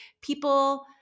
people